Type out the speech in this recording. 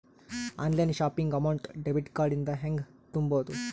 Online shopping amount debit card ಇಂದ ಹೆಂಗ್ ತುಂಬೊದು?